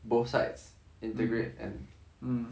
both sides integrate and um